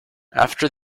after